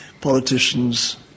politicians